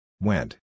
Went